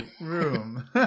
room